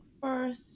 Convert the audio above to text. birth